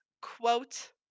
quote